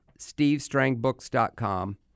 SteveStrangBooks.com